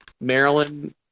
Maryland